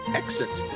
exit